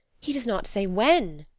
he does not say when.